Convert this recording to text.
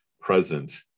present